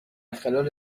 خلال